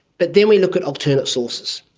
but then we look at alternate sources.